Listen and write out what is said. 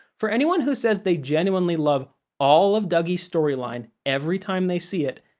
for anyone who says they genuinely love all of dougie's storyline every time they see it.